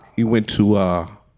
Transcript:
he went to ah